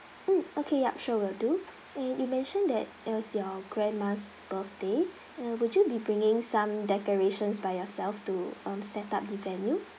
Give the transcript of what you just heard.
mm okay ya sure will do and you mentioned that it was your grandma's birthday uh would you be bringing some decorations by yourself to um set up the venue